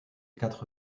quatre